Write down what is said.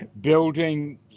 building